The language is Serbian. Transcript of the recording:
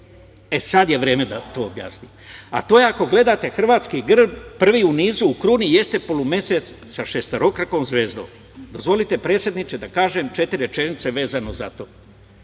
E, sad je vreme da to objasnim. To je ako gledate hrvatski grb, prvi u nizu u kruni jeste polumesec sa šestokrakom zvezdom. Dozvolite, predsedniče, da kažem četiri rečenice vezano za to.